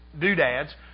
doodads